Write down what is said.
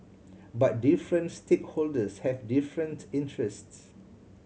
but different stakeholders have different interests